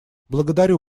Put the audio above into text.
благодарю